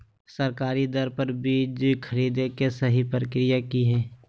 सरकारी दर पर बीज खरीदें के सही प्रक्रिया की हय?